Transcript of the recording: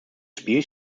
spiel